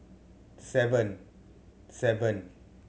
seven seven